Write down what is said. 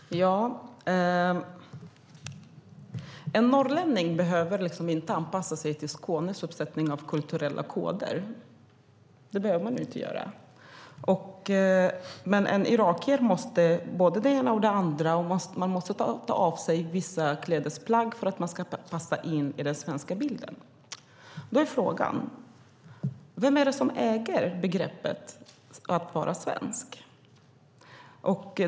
Herr talman! En norrlänning behöver inte anpassa sig till Skånes uppsättning av kulturella koder. Men en irakier måste både det ena och det andra, och måste ta av sig vissa klädesplagg för att passa in i den svenska bilden. Vem äger begreppet att vara svensk?